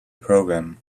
program